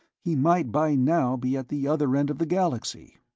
he might by now be at the other end of the galaxy.